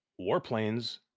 warplanes